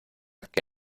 que